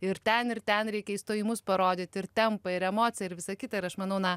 ir ten ir ten reikia įstojimus parodyt ir tempą ir emociją ir visą kitą ir aš manau na